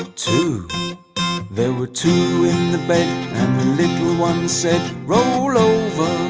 ah two there were two in the bed little one said roll over,